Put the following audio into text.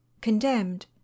condemned